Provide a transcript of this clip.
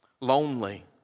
lonely